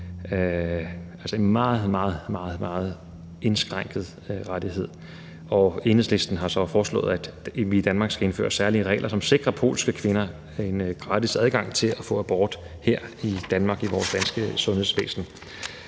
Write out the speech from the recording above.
altså, en meget, meget indskrænket rettighed. Og Enhedslisten har så foreslået, at vi i Danmark skal indføre særlige regler, som sikrer polske kvinder en gratis adgang til at få abort her i Danmark i vores danske sundhedsvæsen.